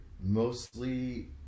Mostly